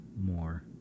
more